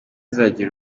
izagira